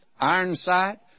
Ironside